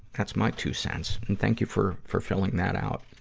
that's my two cents. and thank you for, for filling that out.